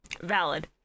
Valid